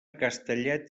castellet